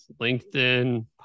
LinkedIn